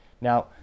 Now